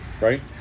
right